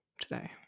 today